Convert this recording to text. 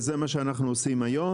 וזה מה שאנחנו עושים היום.